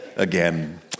Again